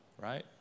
right